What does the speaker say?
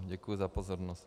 Děkuji za pozornost.